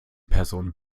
person